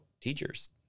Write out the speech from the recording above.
teachers